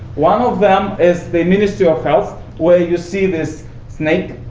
one of them is a ministry of health, where you see this snake.